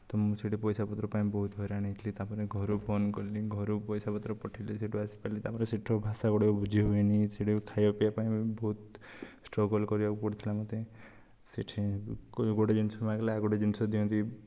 ତ ମୁଁ ସେଇଠି ପଇସାପତ୍ର ପାଇଁ ବହୁତ ହଇରାଣ ହେଇଥିଲି ତାପରେ ଘରକୁ ଫୋନ୍ କଲି ଘରୁ ପଇସାପତ୍ର ପଠେଇଲେ ସେଠୁ ଆସିପାରିଲି ତାପରେ ସେଠୁ ଭାଷା ଗୁଡ଼ାକ ବୁଝି ହୁଏନି ସେଠି ବି ଖାଇବା ପିଇବା ପାଇଁ ବି ବହୁତ ଷ୍ଟ୍ରଗଲ୍ କରିବାକୁ ପଡ଼ିଥିଲା ମୋତେ ସେଠି ଗୋଟିଏ ଜିନିଷ ମାଗିଲେ ଆଉ ଗୋଟିଏ ଜିନିଷ ଦିଅନ୍ତି